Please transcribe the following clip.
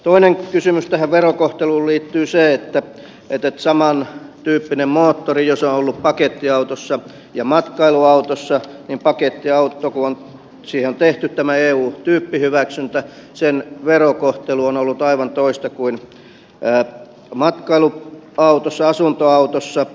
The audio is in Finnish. toinen kysymys tähän verokohteluun liittyen on se että jos samantyyppinen moottori on ollut pakettiautossa ja matkailuautossa niin pakettiautossa kun siihen on tehty tämä eu tyyppihyväksyntä verokohtelu on ollut aivan toista kuin matkailuautossa asuntoautossa